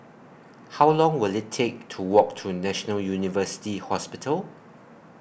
How Long Will IT Take to Walk to National University Hospital